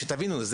שתבינו,